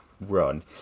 run